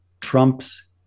trumps